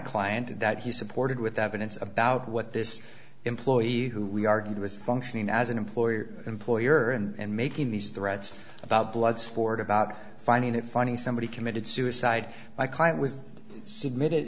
client that he supported with evidence about what this employee who we are going to is functioning as an employee or employer and making these threats about blood sport about finding it funny somebody committed suicide by client was submitted